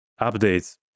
updates